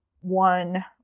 one